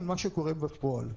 תודה רבה.